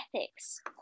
ethics